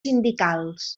sindicals